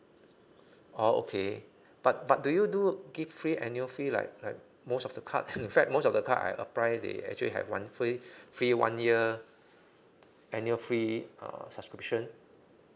oh okay but but do you do give free annual fee like like most of the card in fact most of the card I apply they actually have one waive free one year annual fee uh subscription